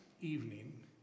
evening